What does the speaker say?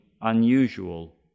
unusual